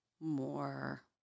more